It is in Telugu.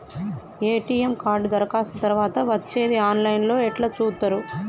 ఎ.టి.ఎమ్ కార్డు దరఖాస్తు తరువాత వచ్చేది ఆన్ లైన్ లో ఎట్ల చూత్తరు?